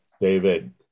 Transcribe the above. David